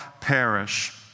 perish